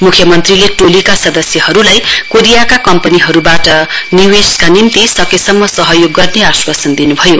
मुख्यमन्त्रीले टोलीका सदस्यहरूलाई कोरियाका कम्पनीहरूबाट निवेषका निम्ति सकेसम्म सहयोग गर्ने आश्वासन दिनुभयो